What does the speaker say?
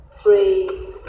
Three